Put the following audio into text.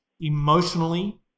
emotionally